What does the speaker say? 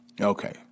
Okay